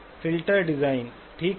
filter design ठीक है